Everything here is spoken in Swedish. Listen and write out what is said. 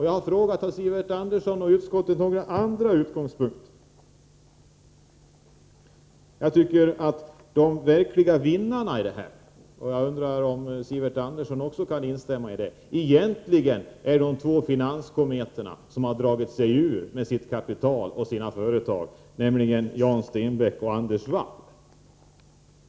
Jag vill fråga om Sivert Andersson och utskottet har några andra utgångspunkter. Jag tycker att de verkliga vinnarna i detta fall — och jag undrar om Sivert Andersson kan instämma i den uppfattningen — egentligen är de båda finanskometerna som dragit sig ur med sitt kapital och sina företag, nämligen Jan Stenbeck och Anders Wall.